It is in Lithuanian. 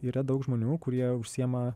yra daug žmonių kurie užsiima